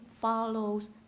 follows